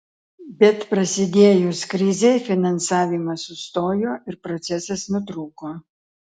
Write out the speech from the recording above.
bet prasidėjus krizei finansavimas sustojo ir procesas nutrūko